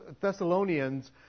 Thessalonians